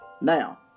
Now